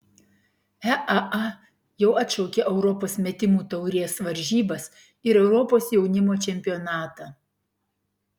eaa jau atšaukė europos metimų taurės varžybas ir europos jaunimo čempionatą